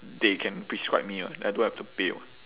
they can prescribe me [what] then I don't have to pay [what]